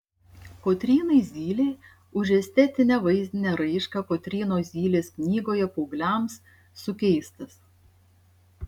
kotrynai zylei už estetinę vaizdinę raišką kotrynos zylės knygoje paaugliams sukeistas